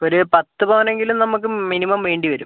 ഒര് പത്ത് പവനെങ്കിലും നമുക്ക് മിനിമം വേണ്ടി വരും